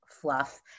fluff